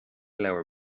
leabhar